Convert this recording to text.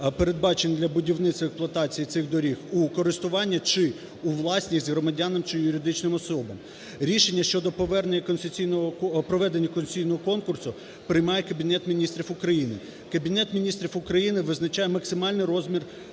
передбачених для будівництва, експлуатації цих доріг, у користування чи у власність громадянам чи юридичним особам. Рішення щодо повернення… щодо проведення концесійного конкурсу приймає Кабінет Міністрів України. Кабінет Міністрів України визначає максимальний розмір